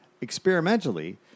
Experimentally